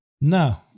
No